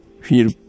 feel